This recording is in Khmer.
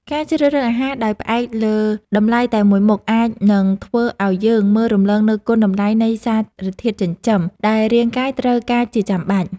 ការជ្រើសរើសអាហារដោយផ្អែកលើតម្លៃតែមួយមុខអាចនឹងធ្វើឲ្យយើងមើលរំលងនូវគុណតម្លៃនៃសារធាតុចិញ្ចឹមដែលរាងកាយត្រូវការជាចាំបាច់។